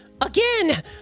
Again